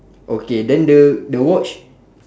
okay then the the watch